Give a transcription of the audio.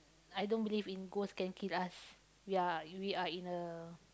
I don't believe in ghost can kill us we are you we are in a